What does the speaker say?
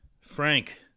Frank